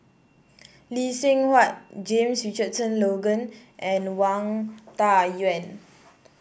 Lee Seng Huat James Richardson Logan and Wang Dayuan